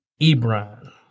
Ebron